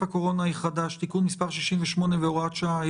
הקורונה החדש תיקון מס' 68 והוראת שעה),